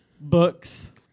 books